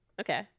Okay